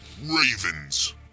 Ravens